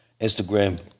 Instagram